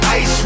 ice